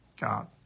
God